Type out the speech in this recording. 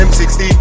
M60